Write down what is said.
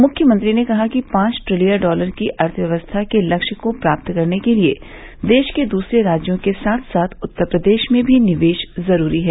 मृख्यमंत्री ने कहा कि पांच ट्रिलियन डॉलर की अर्थव्यवस्था के लक्ष्य को प्राप्त करने के लिये देश के दूसरे राज्यों के साथ साथ उत्तर प्रदेश में भी निवेश जुरूरी है